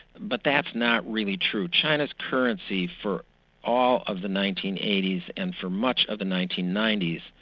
but that's not really true. china's currency for all of the nineteen eighty s and for much of the nineteen ninety s,